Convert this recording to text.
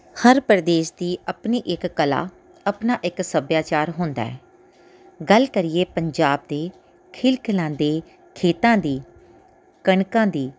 ਹਰ ਪ੍ਰਦੇਸ਼ ਦੀ ਆਪਣੀ ਇੱਕ ਕਲਾ ਆਪਣਾ ਇੱਕ ਸੱਭਿਆਚਾਰ ਹੁੰਦਾ ਹੈ ਗੱਲ ਕਰੀਏ ਪੰਜਾਬ ਦੇ ਖਿਲਖਿਲਾਉਂਦੇ ਖੇਤਾਂ ਦੀ ਕਣਕਾਂ ਦੀ